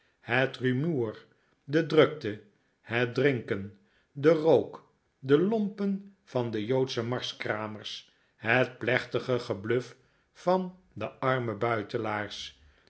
het rumoer de drukte het drinken de rook de lompen van de joodsche marskramers het plechtige gebluf van de arme buitelaars